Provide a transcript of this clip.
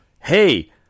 hey